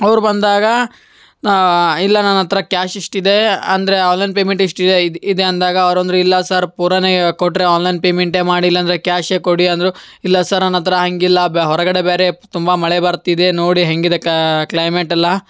ಅವ್ರು ಬಂದಾಗ ಇಲ್ಲ ನನ್ನ ಹತ್ರ ಕ್ಯಾಶ್ ಇಷ್ಟಿದೇ ಅಂದರೆ ಆನ್ಲೈನ್ ಪೇಮೆಂಟ್ ಇಷ್ಟಿದೆ ಇದು ಇದೆ ಅಂದಾಗ ಅವ್ರು ಅಂದರು ಇಲ್ಲ ಸರ್ ಪೂರನೇ ಕೊಟ್ಟರೆ ಆನ್ಲೈನ್ ಪೇಮೆಂಟೆ ಮಾಡಿ ಇಲ್ಲ ಅಂದ್ರೆ ಕ್ಯಾಶೆ ಕೊಡಿ ಅಂದ್ರೂ ಇಲ್ಲ ಸರ್ ನನ್ನ ಹತ್ರ ಹಾಗಿಲ್ಲ ಬ ಹೊರಗಡೆ ಬೇರೆ ತುಂಬ ಮಳೆ ಬರ್ತಿದೆ ನೋಡಿ ಹೇಗಿದೆ ಕ್ಲೈಮೇಟೆಲ್ಲ